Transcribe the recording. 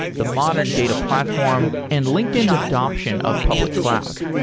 the modern data platform and linkedin's adaption of public cloud.